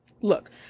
Look